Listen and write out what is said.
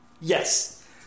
Yes